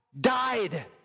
died